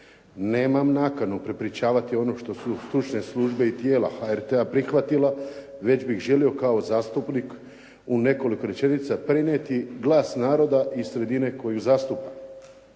Nemam nakanu prepričavati ono što su stručne službe i tijela HRT-a prihvatila, već bih želio kao zastupnik u nekoliko rečenica prenijeti glas naroda iz sredine koju zastupam.